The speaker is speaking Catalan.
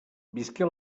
visqué